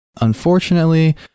Unfortunately